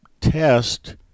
test